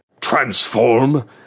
transform